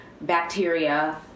bacteria